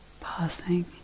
Passing